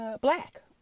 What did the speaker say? Black